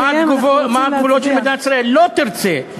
אנחנו רוצים להצביע.